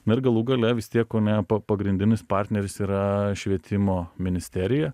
na ir galų gale vis tiek kone pagrindinis partneris yra švietimo ministerija